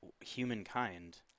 humankind